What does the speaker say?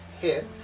hit